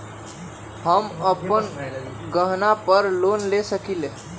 हम अपन गहना पर लोन ले सकील?